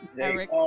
Eric